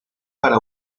para